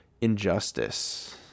Injustice